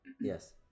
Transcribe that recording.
Yes